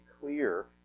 clear